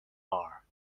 bar